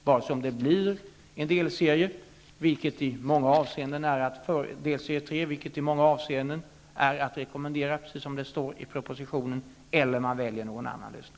Vi kan inte säga om det blir en delserie 3, vilket i många avseenden är att rekommendera, precis som det står i propositionen, eller om man väljer någon annan lösning.